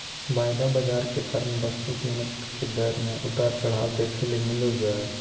वायदा बाजार के कारण वस्तु कीमत के दर मे उतार चढ़ाव देखे ले मिलो जय